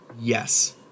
yes